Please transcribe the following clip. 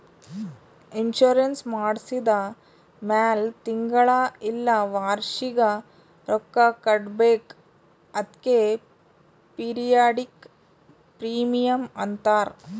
insurance ಮಾಡ್ಸಿದ ಮ್ಯಾಲ್ ತಿಂಗಳಾ ಇಲ್ಲ ವರ್ಷಿಗ ರೊಕ್ಕಾ ಕಟ್ಬೇಕ್ ಅದ್ಕೆ ಪಿರಿಯಾಡಿಕ್ ಪ್ರೀಮಿಯಂ ಅಂತಾರ್